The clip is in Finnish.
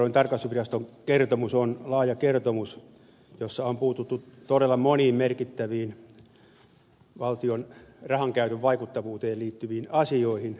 valtiontalouden tarkastusviraston kertomus on laaja kertomus jossa on puututtu todella moniin merkittäviin valtion rahankäytön vaikuttavuuteen liittyviin asioihin